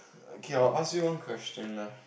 okay I'll ask you one question lah